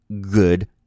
good